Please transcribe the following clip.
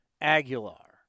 Aguilar